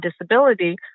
disability